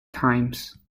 times